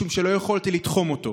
משום שלא יכולתי לתחום אותו.